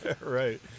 Right